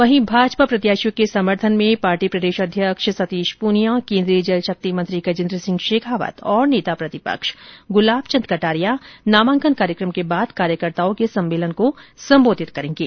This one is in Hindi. वहीं भाजपा प्रत्याशियों के समर्थन में प्रदेश अध्यक्ष सतीश पूनिया केन्द्रीय जल शक्ति मंत्री गजेन्द्र सिंह शेखावत और नेता प्रतिपक्ष गुलाब चंद कटारिया नामांकन कार्यक्रम के बाद कार्यकर्ताओं के सम्मलेन को संबोधित करेंगे